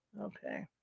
Okay